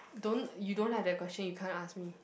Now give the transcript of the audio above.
don't you don't have that question you can't ask me